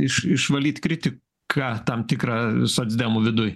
iš išvalyti kritiką tam tikrą socdemų viduj